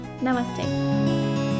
Namaste